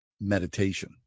meditation